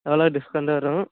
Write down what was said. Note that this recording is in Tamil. எவ்வளோ டிஸ்கவுண்ட் வரும்